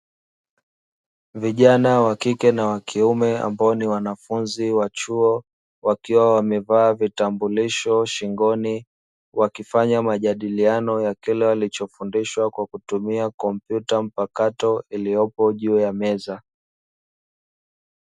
Vijana wa kike na wa kiume ambao ni wanafunzi wa chuo wakiwa wamevaa vitambulisho shingoni, wakifanya majadiliano ya kila walichofundishwa kwa kutumia kompyuta mpakato iliyopo juu ya meza.